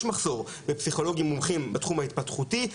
מחסור בפסיכולוגים מומחים בתחום ההתפתחותי,